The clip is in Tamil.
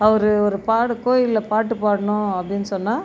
அவர் ஒரு பாடு கோயிலில் பாட்டு பாடணும் அப்படின்னு சொன்னால்